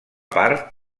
part